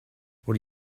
what